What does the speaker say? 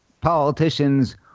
politicians